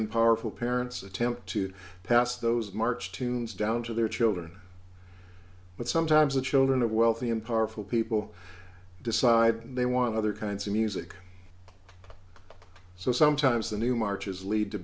and powerful parents attempt to pass those march tunes down to their children but sometimes the children of wealthy and powerful people decide they want other kinds of music so sometimes the new marches lead to